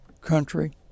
country